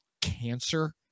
cancer